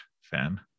fan